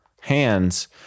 hands